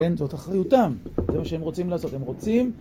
כן, זאת אחריותם, זה מה שהם רוצים לעשות, הם רוצים.